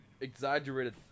exaggerated